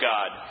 God